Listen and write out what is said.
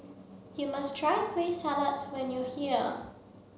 you must try Kueh Salat when you are here